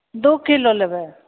दू किलो लेबै